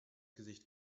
gesicht